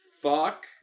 fuck